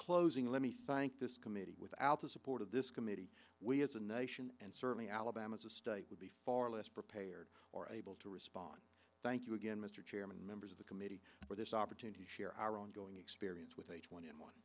closing let me thank this committee without the support of this committee we as a nation and certainly alabama state would be far less prepared or able to respond thank you again mr chairman members of the committee for this opportunity to share our ongoing experience with h one n one